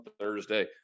Thursday